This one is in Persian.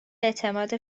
اعتماد